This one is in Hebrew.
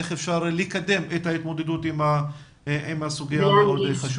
איך אפשר לקדם את ההתמודדות עם הסוגיה הזאת.